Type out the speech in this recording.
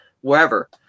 wherever